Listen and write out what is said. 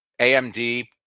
AMD